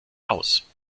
aus